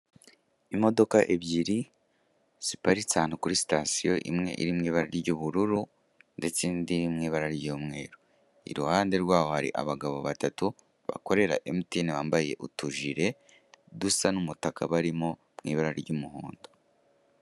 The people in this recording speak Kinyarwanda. Imodoka ebyiri ziparitse ahantu kuri sitasiyo imwe iri mu ibara ry'ubururu ndetse indi y'umweru, iruhande rwayo hari abagabo batatu bakorera emutiyene bambaye utujire dusa n'umutaka barimo mu ibara ry'umuhondo.